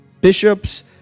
bishops